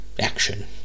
action